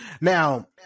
Now